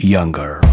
Younger